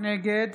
נגד